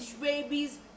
babies